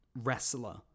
wrestler